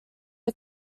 are